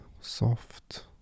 soft